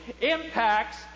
impacts